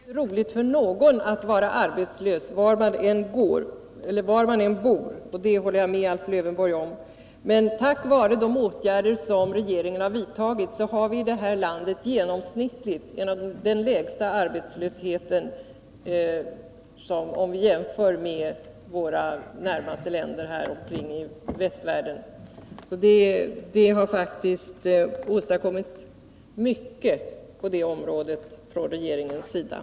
Herr talman! Var man än bor är det inte roligt att vara arbetslös — det håller jag med Alf Lövenborg om. Men tack vare de åtgärder som regeringen har vidtagit har vi i det här landet genomsnittligt den lägsta arbetslösheten, om vi jämför med de närmast liggande länderna i västvärlden. Det har faktiskt — Nr 143 åstadkommits mycket av regeringen på detta område. Onsdagen den